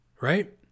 Right